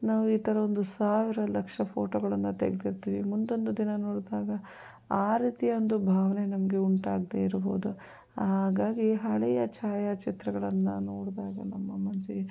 ನಾವು ಈ ಥರ ಒಂದು ಸಾವಿರ ಲಕ್ಷ ಫೋಟೋಗಳನ್ನು ತೆಗೆದಿರ್ತೀವಿ ಮುಂದೊಂದು ದಿನ ನೋಡಿದಾಗ ಆ ರೀತಿಯ ಒಂದು ಭಾವನೆ ನಮಗೆ ಉಂಟಾಗದೇ ಇರಬಹ್ದು ಹಾಗಾಗಿ ಹಳೆಯ ಛಾಯಾಚಿತ್ರಗಳನ್ನು ನೋಡಿದಾಗ ನಮ್ಮ ಮನಸ್ಸಿಗೆ